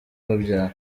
babyara